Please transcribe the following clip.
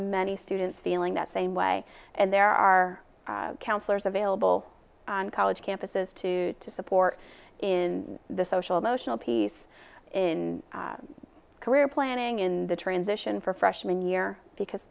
many students feeling that same way and there are counselors available on college campuses too to support in the social emotional piece in career planning in the transition for freshman year because